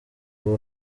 kuba